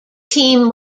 team